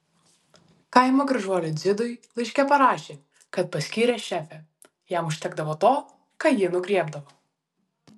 kaimo gražuoliui dzidui laiške parašė kad paskyrė šefe jam užtekdavo to ką ji nugriebdavo